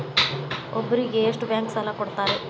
ಒಬ್ಬರಿಗೆ ಎಷ್ಟು ಬ್ಯಾಂಕ್ ಸಾಲ ಕೊಡ್ತಾರೆ?